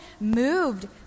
moved